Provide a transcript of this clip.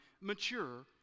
mature